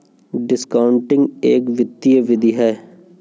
discounting एक वित्तीय विधि है